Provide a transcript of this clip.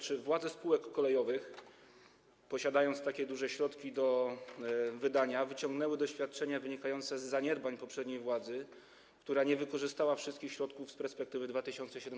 Czy władze spółek kolejowych, posiadając takie duże środki do wydania, wyciągnęły coś z doświadczeń wynikających z zaniedbań poprzedniej władzy, która nie wykorzystała wszystkich środków z perspektywy 2007–2013?